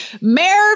Mayor